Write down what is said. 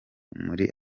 muri